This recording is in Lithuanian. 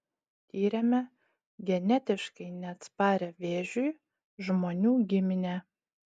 tyrėme genetiškai neatsparią vėžiui žmonių giminę